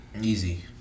Easy